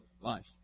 life